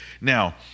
Now